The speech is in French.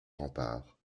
remparts